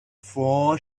four